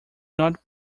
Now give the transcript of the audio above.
not